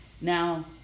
Now